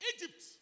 Egypt